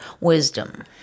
wisdom